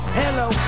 hello